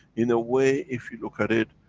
in a way, if you look at it.